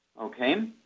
Okay